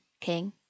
King